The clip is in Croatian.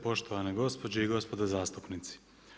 Poštovana gospođo i gospoda zastupnici.